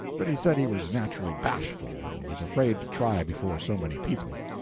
but he said he was naturally bashful, and was afraid to try before so many people.